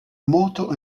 moto